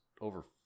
over